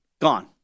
Gone